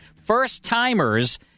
First-timers